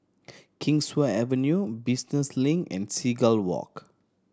Kingswear Avenue Business Link and Seagull Walk